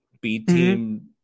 b-team